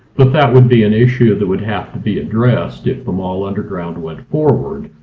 but that would be an issue that would have to be addressed if the mall underground went forward.